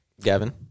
Gavin